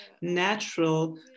natural